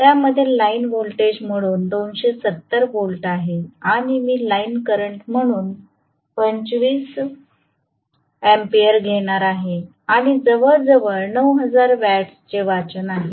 त्यामध्ये line voltage म्हणून 270 volt आहेत आणि मी लाईन करंट म्हणून 25 अँपिअर घेणार आहे आणि जवळजवळ 9000 वॅट्सचे वाचन आहे